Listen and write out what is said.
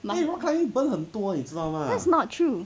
that's not true